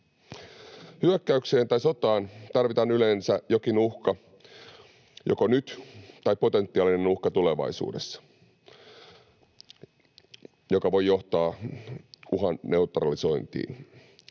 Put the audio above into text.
Hyökkäykseen tai sotaan tarvitaan yleensä jokin uhka joko nyt tai potentiaalinen uhka tulevaisuudessa, joka voi johtaa uhan neutralisointiin.